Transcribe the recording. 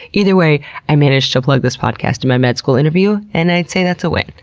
either way i managed to plug this podcast in my med school interview and i'd say that's a win.